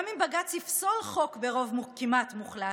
גם אם בג"ץ יפסול חוק ברוב כמעט מוחלט,